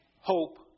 hope